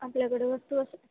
आपल्याकडे वस्तू असं